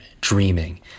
dreaming